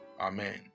amen